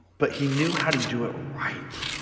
but he knew how to do it right